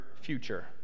future